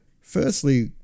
Firstly